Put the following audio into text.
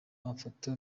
amafoto